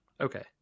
okay